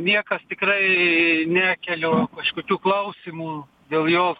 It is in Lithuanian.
niekas tikrai nekelia kažkokių klausimų dėl jo